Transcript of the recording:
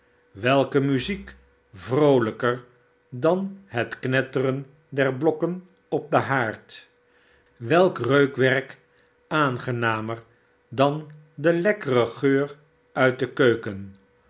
welke muziek vroolijker dan het knetteren der blokken op den haard welk reukwerk aangenamer dan de lekkere geur uit de keuken